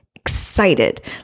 excited